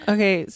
Okay